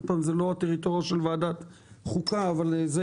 עוד פעם,